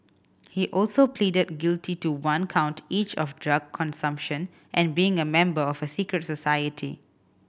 he also pleaded guilty to one count each of drug consumption and being a member of a secret society